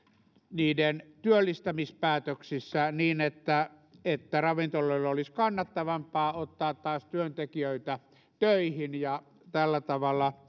niiden työllistämispäätöksissä niin että että ravintoloille olisi kannattavampaa ottaa taas työntekijöitä töihin ja tällä tavalla